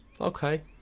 Okay